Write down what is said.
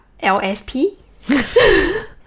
LSP